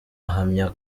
ahamya